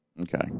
Okay